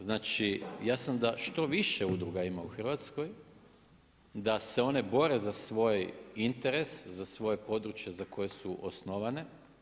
Znači, ja sam da što više udruga ima u Hrvatskoj, da se one bore za svoj interes, za svoje područje za koje su osnovane.